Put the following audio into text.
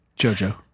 Jojo